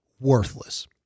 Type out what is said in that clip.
worthless